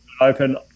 Open